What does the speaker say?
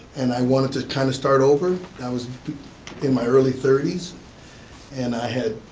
and i wanted to kinda start over. i was in my early thirties and i had,